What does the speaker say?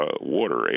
water